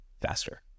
faster